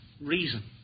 reason